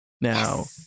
Now